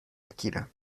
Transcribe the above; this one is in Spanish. akira